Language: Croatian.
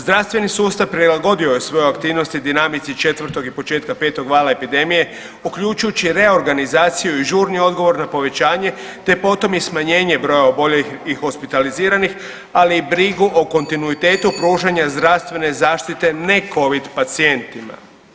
Zdravstveni sustav prilagodio je svoje aktivnosti dinamici 4. i početka 5. vala epidemije, uključujući reorganizaciju i žurni odgovor na povećanje te potom i smanjenje broja oboljelih i hospitaliziranih, ali i brigu o kontinuitetu pružanja zdravstvene zaštite necovid pacijentima.